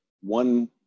one